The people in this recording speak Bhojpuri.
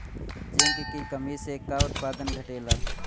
जिंक की कमी से का उत्पादन घटेला?